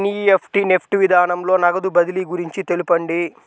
NEFT NEFT విధానంలో నగదు బదిలీ గురించి తెలుపండి?